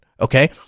okay